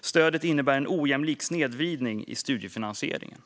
Stödet innebär en ojämlik snedvridning i studiefinansieringen.